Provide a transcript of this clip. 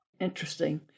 Interesting